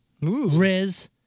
Riz